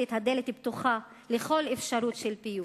את הדלת פתוחה לכל אפשרות של פיוס.